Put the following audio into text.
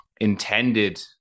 intended